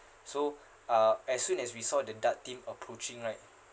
so uh as soon as we saw the DART team approaching right